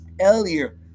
earlier